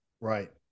Right